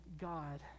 God